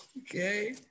Okay